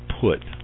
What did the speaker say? put